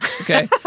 Okay